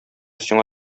сиңа